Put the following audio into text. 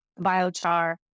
biochar